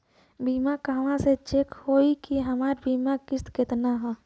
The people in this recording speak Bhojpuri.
बीमा कहवा से चेक होयी की हमार बीमा के किस्त केतना ह?